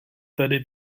tedy